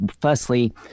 Firstly